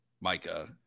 Micah